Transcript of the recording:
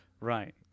Right